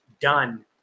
done